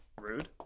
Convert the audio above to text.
Rude